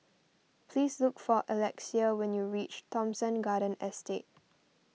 please look for Alexia when you reach Thomson Garden Estate